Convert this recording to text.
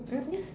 mm yes